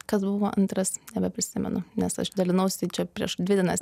kas buvo antras nebeprisimenu nes aš dalinausi čia prieš dvi dienas